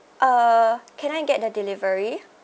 uh can I get the delivery